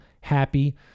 happy